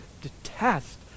detest